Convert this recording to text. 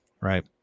right